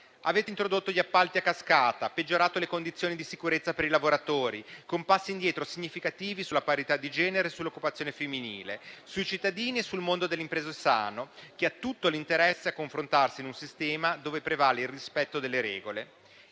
Avete introdotto gli appalti a cascata e peggiorato le condizioni di sicurezza per i lavoratori, con passi indietro significativi sulla parità di genere e sull'occupazione femminile, sui cittadini e sul mondo dell'impresa sano, che ha tutto l'interesse a confrontarsi in un sistema dove prevale il rispetto delle regole.